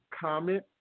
comment